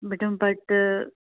but